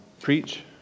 preach